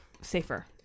safer